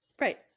Right